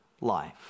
life